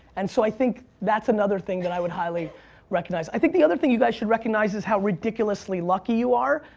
and so i think that's another thing that i would highly highly recognize. i think the other thing you guys should recognize is how ridiculously lucky you are,